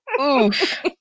Oof